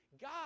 God